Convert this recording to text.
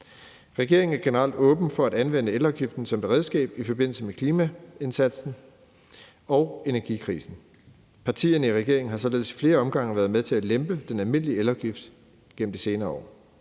Regeringen er generelt åben for at anvende elafgiften som et redskab i forbindelse med klimaindsatsen og energikrisen. Partierne i regeringen har således ad flere omgange været med til at lempe den almindelige elafgift gennem de senere år.